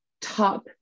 top